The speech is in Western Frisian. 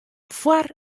foar